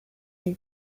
new